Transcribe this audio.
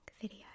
video